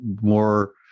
more